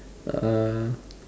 uh